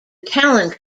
talent